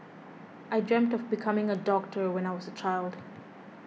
I dreamt of becoming a doctor when I was a child